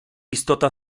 istota